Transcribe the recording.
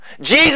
Jesus